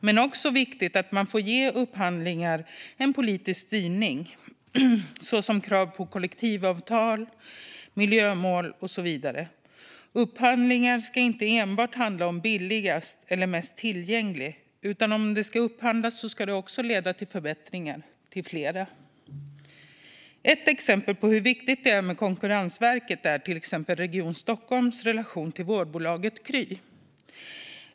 Men det är också viktigt att man får ge upphandlingar politisk styrning i form av krav på kollektivavtal, miljömål och så vidare. Upphandlingar ska inte enbart handla om billigast eller mest tillgänglig, utan om det ska upphandlas ska det också leda till förbättringar för flera. Ett exempel på hur viktigt det är att vi har Konkurrensverket är Region Stockholms relation till vårdbolaget Kry.